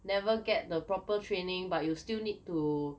never get the proper training but you still need to